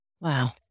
Wow